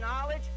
knowledge